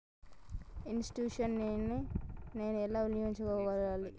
Insurance ని నేను ఎలా వినియోగించుకోవాలి?